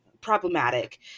problematic